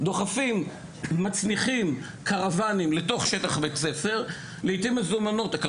ושבית הספר תומך בה; דבר